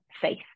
faith